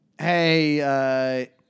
Hey